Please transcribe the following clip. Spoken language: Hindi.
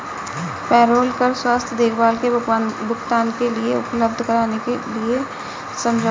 पेरोल कर स्वास्थ्य देखभाल के भुगतान के लिए धन उपलब्ध कराने के लिए समझौता है